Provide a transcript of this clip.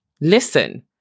listen